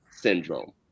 syndrome